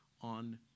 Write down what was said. on